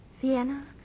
Vienna